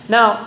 Now